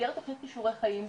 במסגרת תכנית כישוריי חיים,